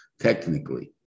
technically